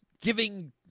giving